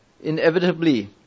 inevitably